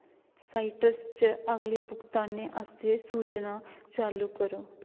citrus च अगले भुगतानें आस्तै सूचना चालू करो